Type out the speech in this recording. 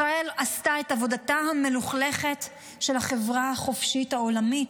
ישראל עשתה את עבודתה המלוכלכת של החברה החופשית העולמית.